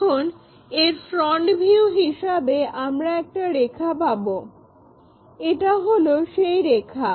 এখন এর front view হিসাবে আমরা একটা রেখা পাবো এটা হলো সেই রেখা